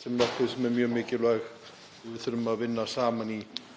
sem er nokkuð sem er mjög mikilvægt og við þurfum að vinna saman í